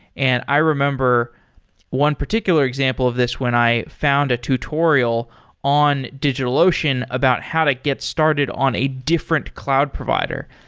and i remember one particular example of this when i found a tutorial in digitalocean about how to get started on a different cloud provider.